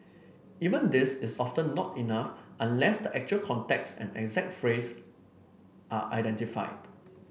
even this is often not enough unless the actual context and exact phrase are identified